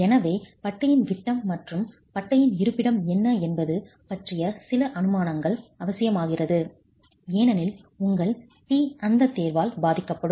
எனவே பட்டியின் விட்டம் மற்றும் பட்டையின் இருப்பிடம் என்ன என்பது பற்றிய சில அனுமானங்கள் அவசியமாகிறது ஏனெனில் உங்கள் டி அந்த தேர்வால் பாதிக்கப்படும்